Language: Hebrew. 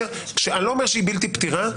אני לא אומר שהיא בלתי פתירה,